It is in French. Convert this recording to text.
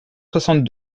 soixante